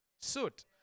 suit